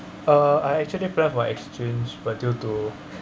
uh I actually planned for exchange but due to